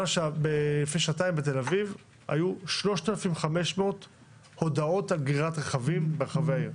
לפני שנתיים בתל אביב היו 3,500 הודעות על גרירת רכבים ברחבי העיר,